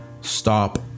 stop